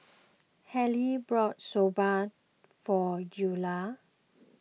Harlen bought Soba for Eula